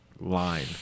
line